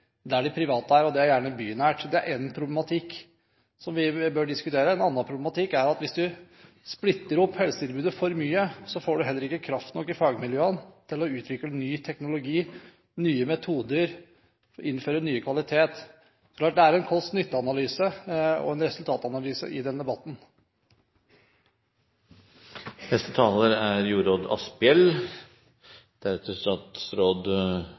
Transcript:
der de private er, og det er gjerne bynært. Det er en problematikk som vi bør diskutere. Et annet problem er at hvis man splitter opp helsetilbudet for mye, får man heller ikke kraft nok i fagmiljøene til å utvikle ny teknologi, nye metoder og å innføre ny kvalitet. Det er klart at det er en kost–nytte-analyse og en resultatanalyse i den debatten. Den største gleden man kan ha, det er